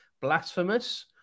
blasphemous